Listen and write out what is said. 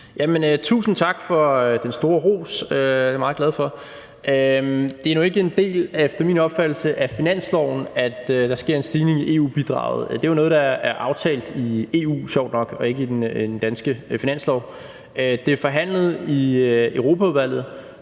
Tusind tak for den store ros. Det er jeg meget glad for. Det er efter min opfattelse nu ikke en del af finansloven, at der sker en stigning i EU-bidraget. Det er jo noget, der er aftalt i EU, sjovt nok, og ikke i den danske finanslov. Det er forhandlet i Europaudvalget,